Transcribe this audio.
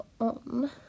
on